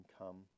come